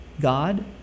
God